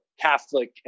Catholic